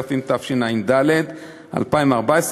התשע"ד 2014,